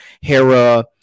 Hera